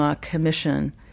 commission